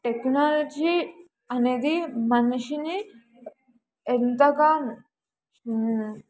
technology అనేది మనిషిని ఎంతగా